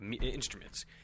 instruments